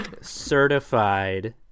certified